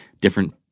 different